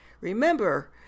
Remember